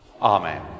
Amen